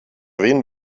wen